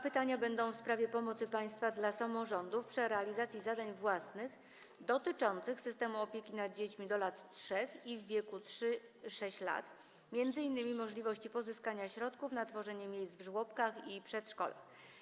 Pytanie będzie w sprawie pomocy państwa dla samorządów przy realizacji zadań własnych dotyczących systemu opieki nad dziećmi do lat 3 i w wieku 3–6 lat, m.in. możliwości pozyskania środków na tworzenie miejsc w żłobkach i przedszkolach.